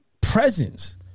presence